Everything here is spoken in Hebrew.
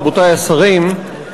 רבותי השרים,